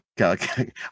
okay